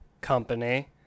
company